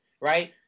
right